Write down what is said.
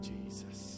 Jesus